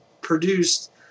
produced